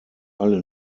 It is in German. alle